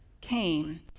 came